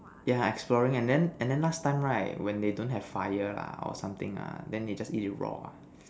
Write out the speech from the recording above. yeah exploring and then and then last time right when they don't have fire lah or something ah then they just eat it raw